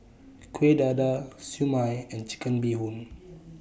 Kuih Dadar Siew Mai and Chicken Bee Hoon